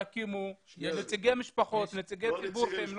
שיוסיפו אליה את נציגי המשפחות ונציגי ציבור.